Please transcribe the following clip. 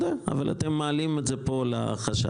אבל אתם מעלים את זה פה לחשב.